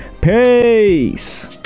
Peace